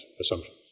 assumption